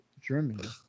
Germany